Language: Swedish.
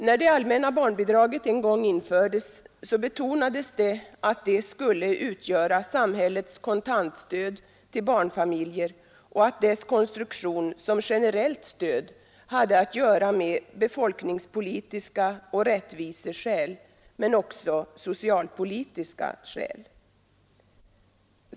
När det allmänna barnbidraget en gång infördes, betonades det att det skulle utgöra samhällets kontantstöd till barnfamiljer och att dess konstruktion som generellt stöd hade att göra med befolkningspolitiska och rättviseskäl men också socialpolitiska skäl.